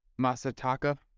Masataka